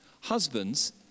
Husbands